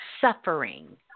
suffering